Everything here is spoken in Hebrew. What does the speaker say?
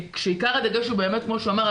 כשעיקר הדגש הוא באמת כמו שהוא אמר,